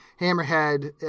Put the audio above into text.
Hammerhead